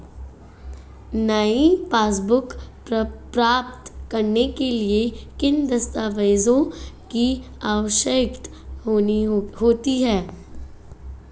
नई पासबुक प्राप्त करने के लिए किन दस्तावेज़ों की आवश्यकता होती है?